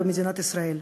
במדינת ישראל,